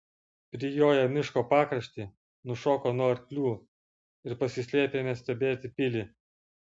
prijoję miško pakraštį nušoko nuo arklių ir pasislėpę ėmė stebėti pilį